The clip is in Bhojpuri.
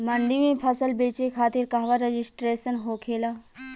मंडी में फसल बेचे खातिर कहवा रजिस्ट्रेशन होखेला?